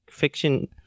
Fiction